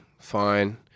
fine